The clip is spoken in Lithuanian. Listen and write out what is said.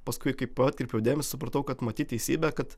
paskui kaip atkreipiau dėmesį supratau kad matyt teisybė kad